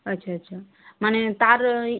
আচ্ছা আচ্ছা মানে তার